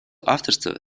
авторства